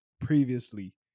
previously